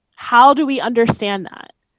how do we understand that?